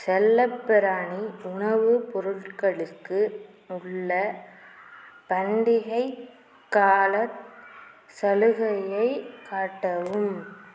செல்லப்பிராணி உணவுப் பொருட்களுக்கு உள்ள பண்டிகைக் காலச் சலுகையை காட்டவும்